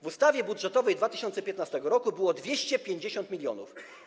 W ustawie budżetowej z 2015 r. było 250 mln.